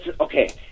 okay